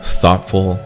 thoughtful